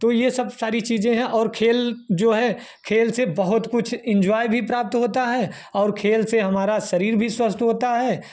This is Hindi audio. तो यह सब सारी चीज़ें हैं और खेल जो है खेल से बहुत कुछ एन्जॉय भी प्राप्त होता है और खेल से हमारा शरीर भी स्वस्थ होता है